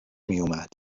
میامد